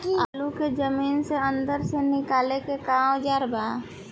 आलू को जमीन के अंदर से निकाले के का औजार बा?